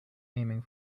aiming